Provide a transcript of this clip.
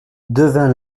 devint